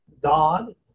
God